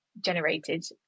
generated